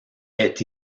est